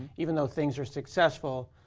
even though things are successful,